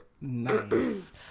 nice